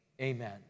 amen